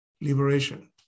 liberation